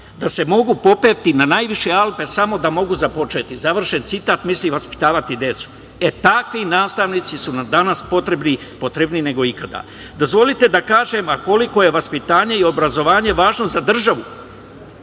da se mogu popeti na najviše Alpe, samo da mogu započeti. Misli na vaspitavanje dece. E, takvi nastavnici su nam danas potrebni, potrebniji nego ikada. Dozvolite da kažem koliko je vaspitanje i obrazovanje važno za državu,